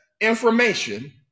information